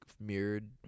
mirrored